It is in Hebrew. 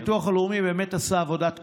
הביטוח הלאומי באמת עשה עבודת קודש.